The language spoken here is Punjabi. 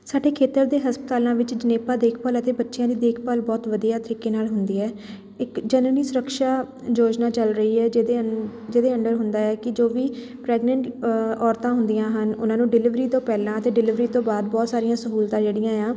ਸਾਡੇ ਖੇਤਰ ਦੇ ਹਸਪਤਾਲਾਂ ਵਿੱਚ ਜਣੇਪਾ ਦੇਖਭਾਲ ਅਤੇ ਬੱਚਿਆਂ ਦੀ ਦੇਖਭਾਲ ਬਹੁਤ ਵਧੀਆ ਤਰੀਕੇ ਨਾਲ ਹੁੰਦੀ ਹੈ ਇੱਕ ਜਨਨੀ ਸੁਰੱਕਸ਼ਾ ਯੋਜਨਾ ਚੱਲ ਰਹੀ ਹੈ ਜਿਹਦੇ ਅੰ ਜਿਹਦੇ ਅੰਡਰ ਹੁੰਦਾ ਹੈ ਕਿ ਜੋ ਵੀ ਪ੍ਰੈਗਨੈਂਟ ਔਰਤਾਂ ਹੁੰਦੀਆਂ ਹਨ ਉਹਨਾਂ ਨੂੰ ਡਿਲੀਵਰੀ ਤੋਂ ਪਹਿਲਾਂ ਅਤੇ ਡਿਲੀਵਰੀ ਤੋਂ ਬਾਅਦ ਬਹੁਤ ਸਾਰੀਆਂ ਸਹੂਲਤਾਂ ਜਿਹੜੀਆਂ ਹੈ ਆ